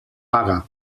paga